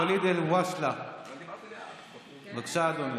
הקריסה היחידה שתהיה היא של המפלגה שלכם, ויש לזה